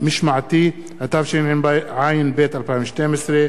משמעתי), התשע"ב 2012,